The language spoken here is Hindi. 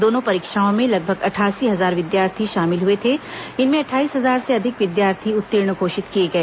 दोनों परीक्षाओं में लगभग अठासी हजार विद्यार्थी शामिल हुए थे इनमें अटठाईस हजार से अधिक विद्यार्थी उत्तीर्ण घोषित किए गए